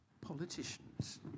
politicians